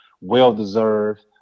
well-deserved